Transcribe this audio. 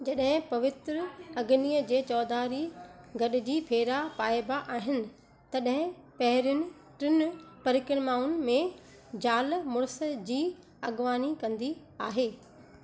जॾहिं पवित्र अग्नीअ जे चौधारी गॾिजी फेरा पाइबा आहिनि तॾहिं पहिरियुनि टिनि परिक्रमाउनि में ज़ालु मुड़सु जी अॻवानी कंदी आहे